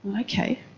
Okay